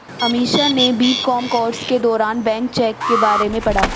अमीषा ने BCom course के दौरान बैंक चेक के बारे में पढ़ा